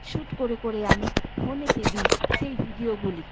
shoot করে করে আমি ফোনেতে দিই সেই ভিডিওগুলি